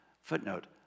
Footnote